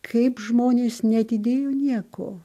kaip žmonės neatidėjo nieko